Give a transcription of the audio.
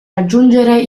raggiungere